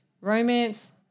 Romance